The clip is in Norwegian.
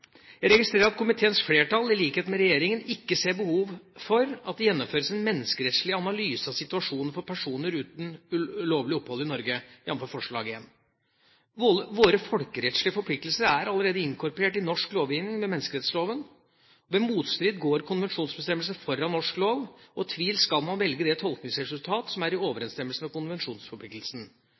Jeg registrerer at komiteens flertall, i likhet med regjeringa, ikke ser behov for at det gjennomføres en menneskerettslig analyse av situasjonen for personer uten lovlig opphold i Norge, jf. forslag nr. 1. Våre folkerettslige forpliktelser er allerede inkorporert i norsk lovgivning ved menneskerettsloven. Ved motstrid går konvensjonsbestemmelser foran norsk lov, og ved tvil skal man velge det tolkningsresultat som er i overensstemmelse med konvensjonsforpliktelsen.